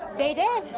they did.